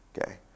Okay